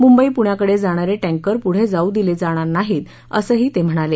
मुंबई पुण्याकडे जाणारे टँकर पुढं जाऊ दिले जाणार नाहीत असंही ते म्हणाले